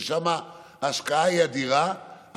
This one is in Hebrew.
שם ההשקעה היא אדירה,